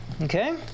okay